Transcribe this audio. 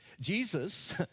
Jesus